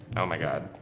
oh my god.